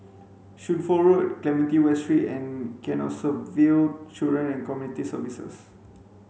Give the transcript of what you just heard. Shunfu Road Clementi West Street and Canossaville Children and Community Services